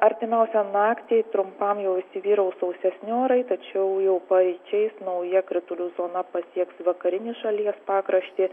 artimiausią naktį trumpam jau įsivyraus sausesni orai tačiau jau paryčiais nauja kritulių zona pasieks vakarinį šalies pakraštį